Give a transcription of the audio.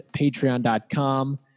patreon.com